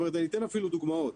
אני אתן אפילו דוגמאות.